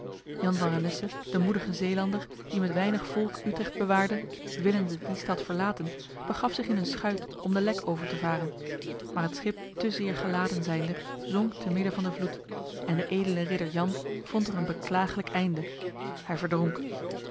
jan van renesse de moedige zeelander die met weinig volk utrecht bewaarde willende die stad verlaten begaf zich in een schuit om de lek over te varen maar het schip te zeer geladen zijnde zonk te midden van de vloed en de edele ridder jan vond er een beklagelijk einde hij verdronk